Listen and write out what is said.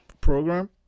program